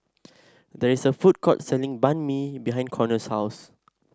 there is a food court selling Banh Mi behind Conner's house